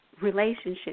relationship